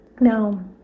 Now